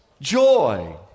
joy